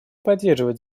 поддерживает